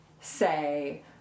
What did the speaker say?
say